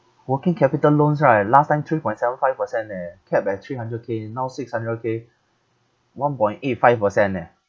working capital loans right last time three point seven five percent leh capped by three hundred k now six hundred k one point eight five percent eh